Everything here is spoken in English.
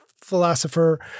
philosopher